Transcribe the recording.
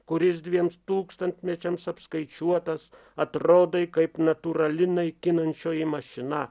kuris dviems tūkstantmečiams apskaičiuotas atrodai kaip natūrali naikinančioji mašina